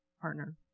partner